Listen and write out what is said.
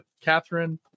Catherine